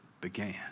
began